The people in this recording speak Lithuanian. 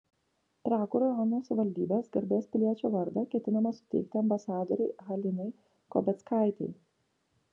trakų rajono savivaldybės garbės piliečio vardą ketinama suteikti ambasadorei halinai kobeckaitei